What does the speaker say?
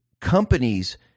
companies